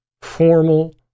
formal